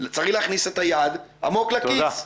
צריך להכניס את היד עמוק לכיס.